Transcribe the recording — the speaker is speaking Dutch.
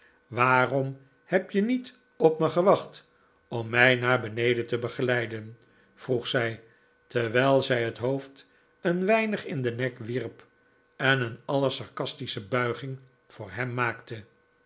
waarom heb je niet op me gewacht om mij naar beneden te begeleiden vroeg zij terwijl zij het hoofd een weinig in den nek wierp en een allersarcastische buiging voor hem maakte